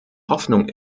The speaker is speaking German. hoffnung